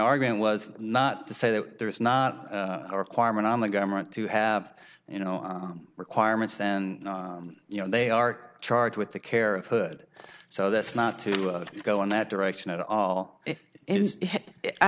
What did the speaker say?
argument was not to say that there is not a requirement on the government to have you know requirements and you know they are charged with the care of hood so that's not to go in that direction at all i